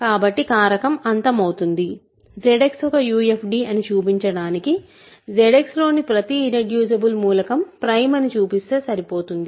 కాబట్టి కారకం అంతం అవుతుంది ZX ఒక UFD అని చూపించడానికి ZX లోని ప్రతి ఇర్రెడ్యూసిబుల్ మూలకం ప్రైమ్ అని చూపిస్తే సరిపోతుంది